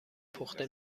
پخته